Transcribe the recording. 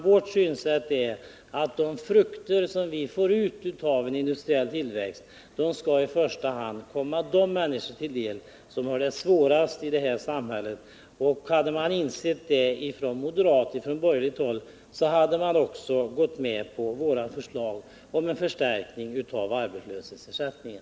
Vårt synsätt är att de frukter som vi får ut av en industriell tillväxt i första hand skall komma de människor till del som har det svårast i samhället. Hade man insett det från moderat och övrigt borgerligt håll hade man också gått med på våra förslag om en förstärkning av arbetslöshetsersättningen.